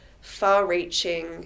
far-reaching